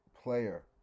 player